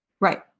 Right